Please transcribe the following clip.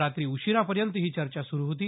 रात्री उशिरापर्यंत ही चर्चा सुरू होती